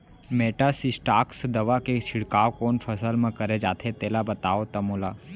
Metasystox दवा के छिड़काव कोन फसल म करे जाथे तेला बताओ त मोला?